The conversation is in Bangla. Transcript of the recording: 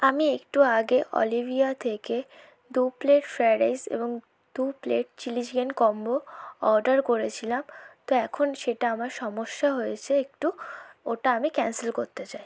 আমি একটু আগে অলিভিয়া থেকে দু প্লেট ফ্রায়েড রাইস এবং দু plate chilli chicken combo order করেছিলাম তো এখন সেটা আমার সমস্যা হয়েছে একটু ওটা আমি ক্যান্সেল করতে চাই